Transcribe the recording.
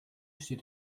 steht